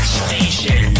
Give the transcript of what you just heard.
station